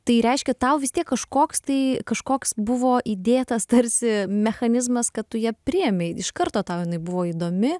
tai reiškia tau vis tiek kažkoks tai kažkoks buvo įdėtas tarsi mechanizmas kad tu ją priėmei iš karto tau jinai buvo įdomi